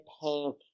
pink